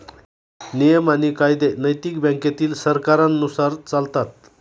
नियम आणि कायदे नैतिक बँकेतील सरकारांनुसार चालतात